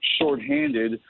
shorthanded